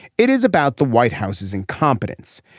it is about the white house's incompetence.